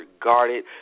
regarded